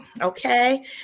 Okay